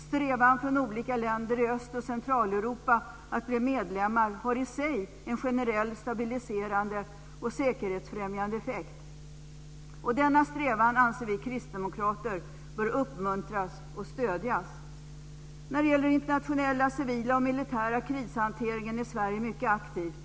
Strävandena från olika länder i Östoch Centraleuropa att bli medlemmar har i sig en generell stabiliserande och säkerhetsfrämjande effekt. Dessa strävanden, anser vi kristdemokrater, bör uppmuntras och stödjas. När det gäller den internationella civila och militära krishanteringen är Sverige mycket aktivt.